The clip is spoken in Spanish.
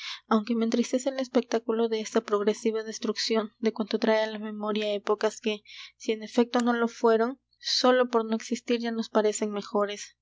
aunque me entristece el espectáculo de esa progresiva destrucción de cuanto trae á la memoria épocas que si en efecto no lo fueron sólo por no existir ya nos parecen mejores